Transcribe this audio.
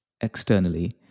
externally